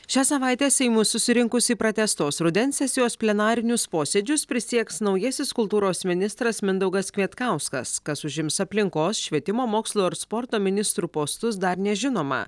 šią savaitę seimui susirinkus į pratęstos rudens sesijos plenarinius posėdžius prisieks naujasis kultūros ministras mindaugas kvietkauskas kas užims aplinkos švietimo mokslo ir sporto ministrų postus dar nežinoma